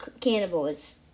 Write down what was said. cannibals